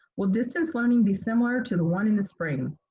will distance learning be similar to the one in the spring?